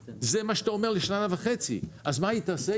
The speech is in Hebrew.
זה מה שאתה אומר לי לשנה וחצי, אז מה היא תעשה?